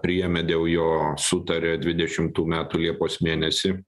priėmė dėl jo sutarė dvidešimtų metų liepos mėnesį